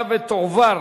שירות ביטחון